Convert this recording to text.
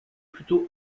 plutôt